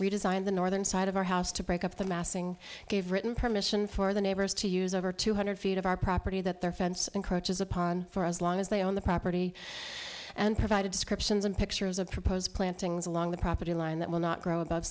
redesigned the northern side of our house to break up the massing gave written permission for the neighbors to use over two hundred feet of our property that their fence and crutches upon for as long as they own the property and provided descriptions and pictures of proposed plantings along the property line that will not grow above